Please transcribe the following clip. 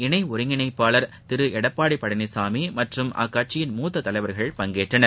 இனை ஒருங்கிணைப்பாளர் திரு எடப்பாடி பழனிசாமி மற்றும் அக்கட்சியின் மூத்த தலைவர்கள் பங்கேற்றனர்